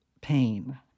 pain